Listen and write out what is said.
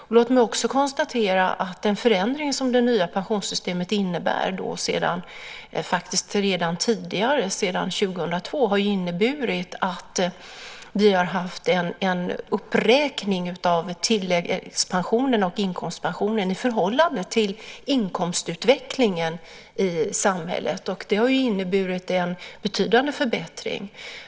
Och låt mig också konstatera att förändringen av det nya pensionssystemet sedan 2002 har inneburit att det har skett en uppräkning av tilläggspensionen och inkomstpensionen i förhållande till inkomstutvecklingen i samhället. Det har inneburit en betydande förbättring.